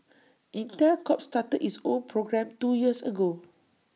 Intel Corp started its own program two years ago